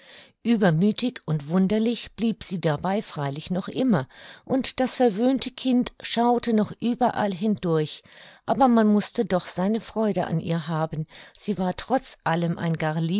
uebermüthig und wunderlich blieb sie dabei freilich noch immer und das verwöhnte kind schaute noch überall hindurch aber man mußte doch seine freude an ihr haben sie war trotz allem ein